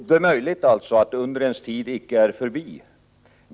Det är alltså möjligt att undrens tid icke är förbi.